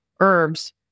Herbs